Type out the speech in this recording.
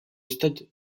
stade